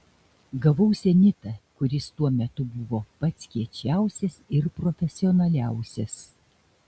gavau zenitą kuris tuo metu buvo pats kiečiausias ir profesionaliausias